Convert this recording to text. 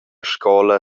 scola